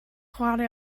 chwarae